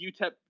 UTEP